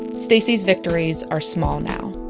stacie's victories are small now.